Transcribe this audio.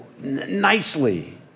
nicely